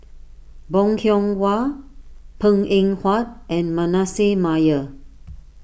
Bong Hiong Hwa Png Eng Huat and Manasseh Meyer